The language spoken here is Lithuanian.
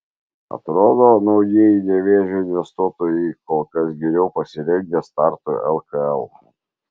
atrodo naujieji nevėžio investuotojai kol kas geriau pasirengę startui lkl